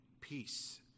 peace